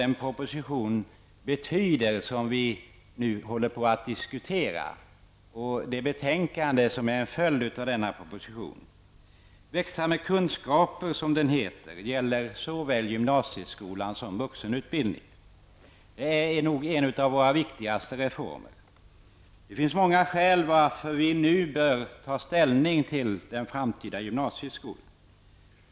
Den proposition som vi nu diskuterar och det betänkande som är en följd av denna proposition har stor betydelse. Propositionen ''Växa med kunskaper'' gäller såväl gymnasieskolan som vuxenutbildningen och kommer att bli en av våra viktigaste reformer. Det finns många skäl till varför vi nu bör ta ställning till den framtida gymnasieskolan.